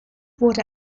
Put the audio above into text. wurde